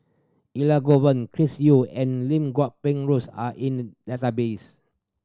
Elangovan Chris Yeo and Lim Guat Kheng Rosie are in the database